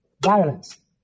violence